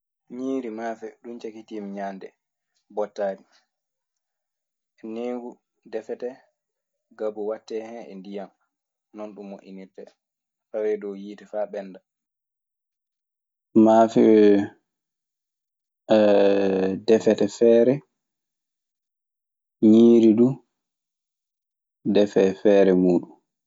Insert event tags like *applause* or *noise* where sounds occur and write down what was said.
Ñiiri maafe ɗum cakitiimi ñaande bottaari. Naweengu deffetee gabu watteehen e ndiyam non, ɗum moƴƴinirtee fawee dow yiite faa ɓennda. Maafee *hesitation* defete feere. Ñiiri du defee feere uuɗun.